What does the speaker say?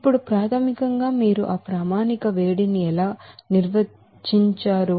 ఇప్పుడు ప్రాథమికంగా మీరు ఆ ప్రామాణిక వేడిని ఎలా నిర్వచిస్తారు